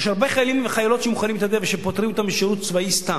יש הרבה חיילים וחיילות שמוכנים להתנדב ושפוטרים אותם משירות צבאי סתם,